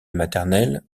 maternelle